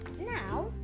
now